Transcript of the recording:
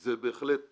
זה בהחלט פרשנות,